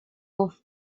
off